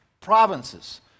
provinces